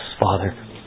Father